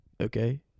Okay